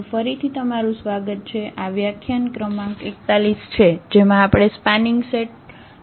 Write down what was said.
તો ફરીથી તમારું સ્વાગત છે આ વ્યાખ્યાન ક્રમાંક 41 છે જેમાં આપણે સ્પાનીંગ સેટ વિશે વાત કરશું